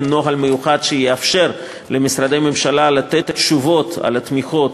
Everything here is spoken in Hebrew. נוהל מיוחד שיאפשר למשרדי ממשלה לתת תשובות על התמיכות